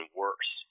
worse